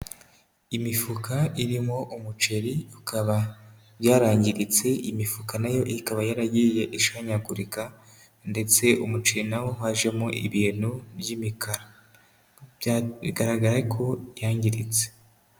Imifuka irimo umuceri bikaba byarangiritse imifuka nayo ikaba yaragiye ishwanyagurika ndetse umuceri nawo hajemo ibintu by'imikara bigaragaye ko yangiritse.